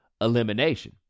elimination